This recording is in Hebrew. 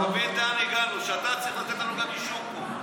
תבין לאן הגענו, שאתה צריך לתת לנו גם אישור פה.